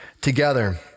Together